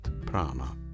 prana